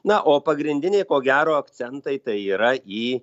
na o pagrindiniai ko gero akcentai tai yra į